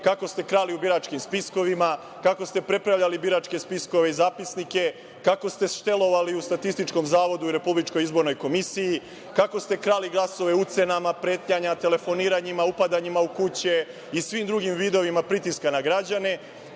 kako ste krali u biračkim spiskovima, kako ste prepravljali biračke spiskove i zapisnike, kako ste štelovali u Statističkom zavodu i RIK, kako ste krali glasove ucenama, pretnjama, telefoniranjima, upadanjima u kuće i svi drugim vidovima pritiska na građane,